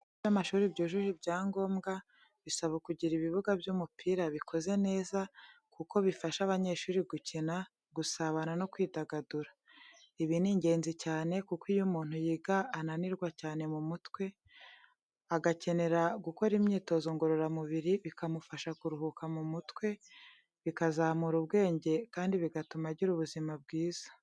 Ibigo by’amashuri byujuje ibyangombwa, bisabwa kugira ibibuga by’umupira bikoze neza kuko bifasha abanyeshuri gukina, gusabana no kwidagadura. Ibi ni ingenzi cyane kuko iyo umuntu yiga ananirwa cyane mu mutwe, agakenera gukora imyitozo ngororamubiri bikamufasha kuruhuka mu mutwe, bikazamura ubwenge kandi bigatuma agira ubuzima bwiza.